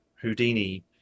Houdini